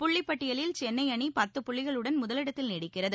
புள்ளிபட்டியலில் சென்னைஅணிபத்து புள்ளிகளுடன் முதலிடத்தில் நீடிக்கிறது